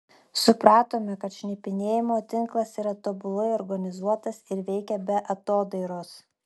supratome kad šnipinėjimo tinklas yra tobulai organizuotas ir veikia be atodairos